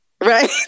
right